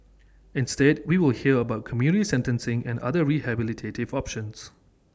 instead we will hear about community sentencing and other rehabilitative options